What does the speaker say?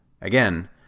Again